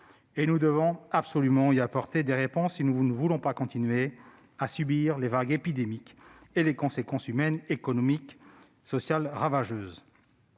Nous devons absolument y apporter des réponses si nous ne voulons pas continuer à subir les vagues épidémiques et leurs conséquences humaines, économiques et sociales ravageuses.